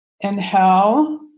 Inhale